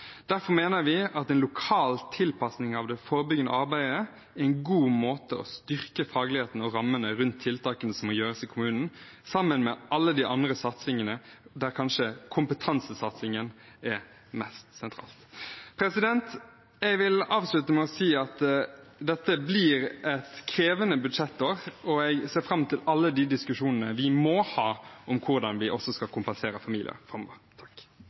Derfor mener vi at en lokal tilpasning av det forebyggende arbeidet er en god måte for å styrke fagligheten og rammene rundt tiltakene som må gjøres i kommunen, sammen med alle de andre satsingene, der kanskje kompetansesatsingen er mest sentral. Jeg vil avslutte med å si at dette blir et krevende budsjettår. Jeg ser fram til alle diskusjonene vi må ha om hvordan vi også skal kompensere familier